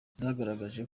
zagaragaje